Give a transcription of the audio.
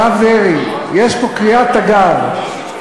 הרב דרעי, יש פה קריאת תיגר.